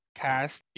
cast